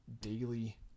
daily